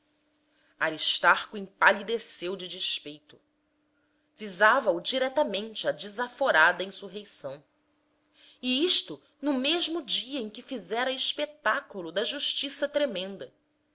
despenseiro aristarco empalideceu de despeito visava o diretamente a desaforada insurreição e isto no mesmo dia em que fizera espetáculo da justiça tremenda